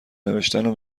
نوشتنو